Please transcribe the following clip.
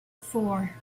four